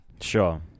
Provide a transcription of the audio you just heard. Sure